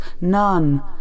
none